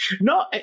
No